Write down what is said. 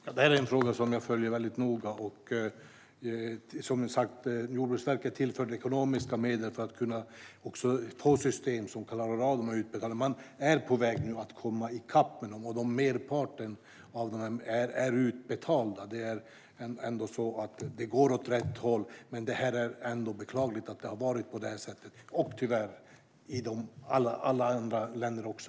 Herr talman! Detta är en fråga jag följer väldigt noga. Jordbruksverket tillfördes som sagt ekonomiska medel för att man också skulle få system som klarar av utbetalningarna. Man är nu på väg att komma i kapp med dem, och merparten av dem är utbetalda. Det är ändå så att det går åt rätt håll, men det är beklagligt att det har varit på det här sättet. Tyvärr finns problemet i alla andra EU-länder också.